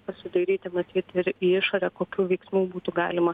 pasidairyti matyt ir į išorę kokių veiksmų būtų galima